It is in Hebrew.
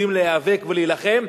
שאנחנו יודעים להיאבק ולהילחם,